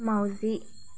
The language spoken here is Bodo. माउजि